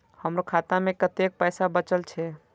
हमरो खाता में कतेक पैसा बचल छे?